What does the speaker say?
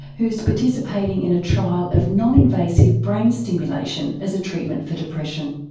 who's participating in a trial of non-invasive brain stimulation as a treatment for depression.